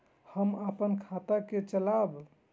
हम अपन खाता के चलाब?